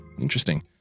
Interesting